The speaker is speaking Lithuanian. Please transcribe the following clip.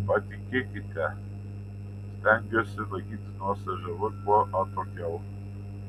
patikėkite stengiuosi laikytis nuo cžv kuo atokiau